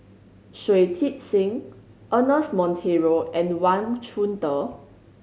Shui Tit Sing Ernest Monteiro and Wang Chunde